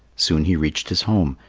soon he reached his home,